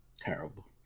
Terrible